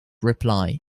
reply